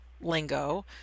lingo